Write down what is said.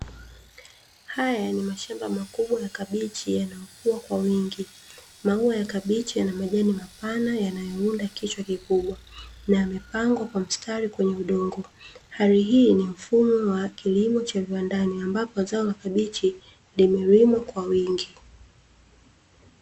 Haya ni mashamba makubwa ya kabichi yanayokua kwa wingi, maua ya kabichi yana majani mapana yanayounda kichwa kikubwa, na yamepangwa kwa mstari kwenye udongo. Hali hii ni ya mfumo wa kilimmo cha viwandani ambapo zao la kabichi limelimwa kwa wingi.